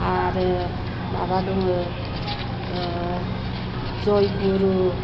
आरो माबा दङ जयगुरु